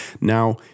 Now